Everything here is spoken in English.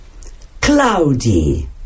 Cloudy